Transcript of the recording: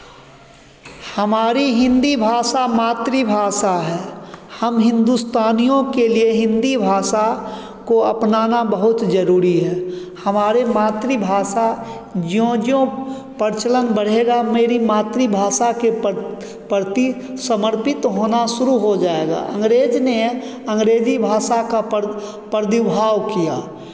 हमारी हिन्दी भाषा मातृभाषा है हम हिंदुस्तानियों के लिए हिन्दी भाषा को अपनाना बहुत जरूरी है हमारी मातृभाषा ज्यों ज्यों प्रचलन बढ़ेगा मेरी मातृभाषा के पर प्रति समर्पित होना शुरू हो जाएगा अंग्रेज ने अंग्रेजी भाषा का पर प्रादुर्भाव किया